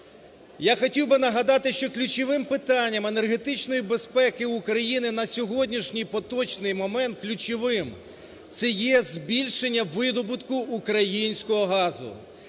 Я хотів би нагадати, що ключовим питанням енергетичної безпеки України на сьогоднішній поточний момент, ключовим – це є збільшення видобутку українського газу